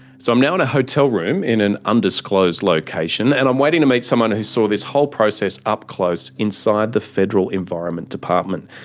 so i'm now in a hotel room in an undisclosed location and i'm waiting to meet someone who saw this whole process up close inside the federal environment department.